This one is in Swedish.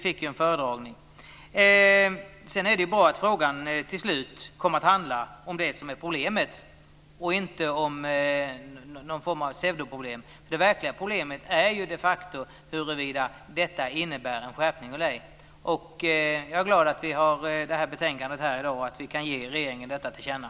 Det är bra att frågan till slut kom att handla om det som är problemet och inte om någon form av pseudoproblem. Det verkliga problemet är de facto huruvida detta innebär en skärpning eller ej. Jag är glad att vi har betänkandet här i dag och att vi kan ge regeringen detta till känna.